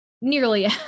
nearly